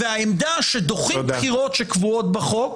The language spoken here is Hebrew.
-- והעמדה שדוחים בחירות שקבועות בחוק,